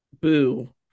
boo